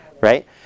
Right